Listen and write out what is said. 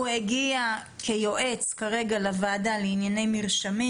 הוא הגיע לוועדה כיועץ לענייני מרשמים,